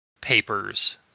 papers